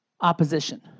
opposition